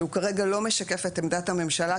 שהוא כרגע לא משקף את עמדת הממשלה,